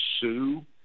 Sue